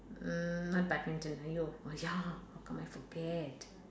mm my badminton !aiyo! !aiya! how come I forget